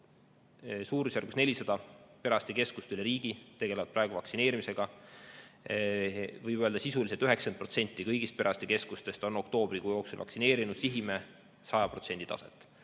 Suurusjärgus 400 perearstikeskust üle riigi tegelevad praegu vaktsineerimisega. Võib öelda, et sisuliselt 90% kõigist perearstikeskustest on oktoobrikuu jooksul vaktsineerinud. Sihime 100% taset.